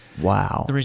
Wow